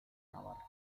navarra